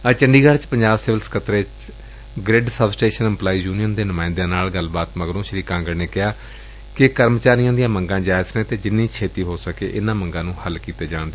ਅੱਜ ਚੰਡੀਗੜ੍ਹ ਚ Punjab civil secretariat ਵਿਖੇ grid sub station employees union ਦੇ ਨੁਮਾਇਦਿਆਂ ਨਾਲ ਮੁਲਾਕਾਤ ਮਗਰੋ ਸ੍ਰੀ ਕਾਂਗੜ ਨੇ ਕਿਹਾ ਕਿ ਕਰਮਚਾਰੀਆਂ ਦੀਆਂ ਮੰਗਾਂ ਜਾਇਜ਼ ਨੇ ਅਤੇ ਜਿੰਨੀ ਛੇਡੀ ਹੋ ਸਕੇ ਇਨੁਾ ਮੰਗਾ ਨੂੰ ਹੱਲ ਕੀਡੇ ਜਾਣ ਦੀ ਲੋੜ ਏ